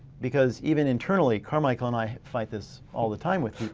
because even internally carmichael and i fight this all the time with people.